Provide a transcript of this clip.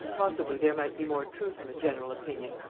possibly there might be more truth in the general opinion,